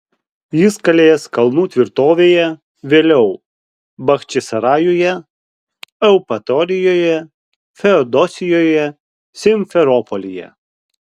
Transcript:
jis kalės kalnų tvirtovėje vėliau bachčisarajuje eupatorijoje feodosijoje simferopolyje